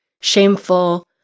shameful